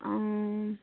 অঁ